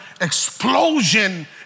explosion